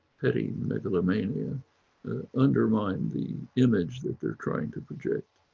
petty megalomania undermine the image that they're trying to project.